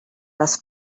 les